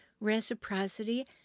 reciprocity